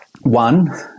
one